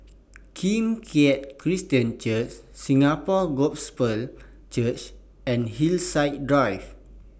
Kim Keat Christian Church Singapore Gospel Church and Hillside Drive